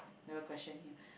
never question him